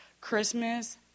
Christmas